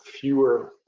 fewer